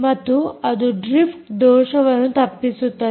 ಮತ್ತು ಅದು ಡ್ರಿಫ್ಟ್ ದೋಷವನ್ನು ತಪ್ಪಿಸುತ್ತದೆ